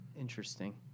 Interesting